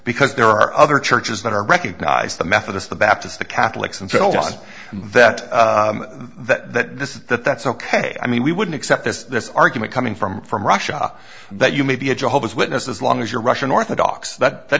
because there are other churches that are recognized the methodists the baptists the catholics and felt that that that this that that's ok i mean we wouldn't accept this this argument coming from from russia that you may be a jehovah's witness as long as you're russian orthodox that that